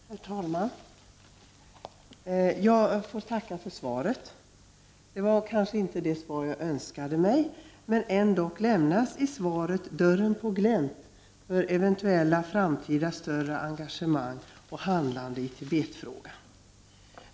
Herr talman! Jag får tacka för svaret. Det var kanske inte det svar jag önskade mig, men ändock lämnas i svaret dörren på glänt för eventuella framtida större engagemang och handlande i Tibetfrågan.